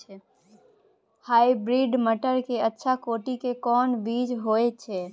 Hybrid मटर के अच्छा कोटि के कोन बीज होय छै?